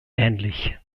ähnlich